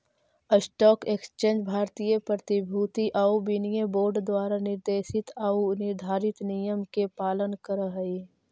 stock exchange भारतीय प्रतिभूति आउ विनिमय बोर्ड द्वारा निर्देशित आऊ निर्धारित नियम के पालन करऽ हइ